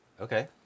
Okay